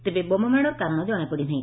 ତେବେ ବୋମାମାଡ଼ର କାରଣ ଜଶାପଡ଼ି ନାହି